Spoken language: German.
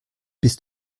bist